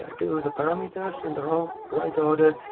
do the parameters in the right right order?